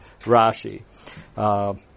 Rashi